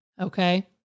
Okay